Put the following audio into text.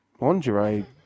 lingerie